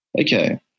okay